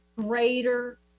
greater